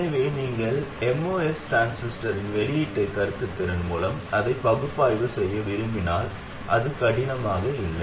எனவே நீங்கள் MOS டிரான்சிஸ்டரின் வெளியீட்டு கடத்துத்திறன் மூலம் அதை பகுப்பாய்வு செய்ய விரும்பினால் அது கடினமாக இல்லை